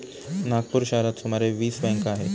नागपूर शहरात सुमारे वीस बँका आहेत